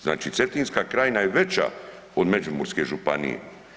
Znači Cetinska krajina je veća od Međimurske županije.